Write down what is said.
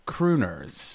Crooners